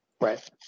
Right